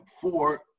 four